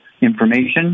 information